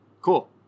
cool